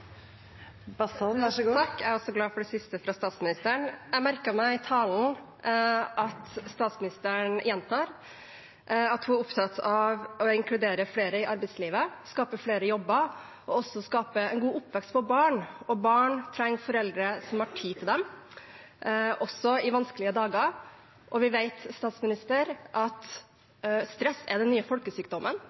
også glad for det siste fra statsministeren! Jeg merket meg i talen at statsministeren gjentar at hun er opptatt av å inkludere flere i arbeidslivet, skape flere jobber og skape en god oppvekst for barn. Barn trenger foreldre som har tid til dem, også i vanskelige dager. Vi vet at stress er den nye folkesykdommen.